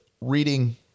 reading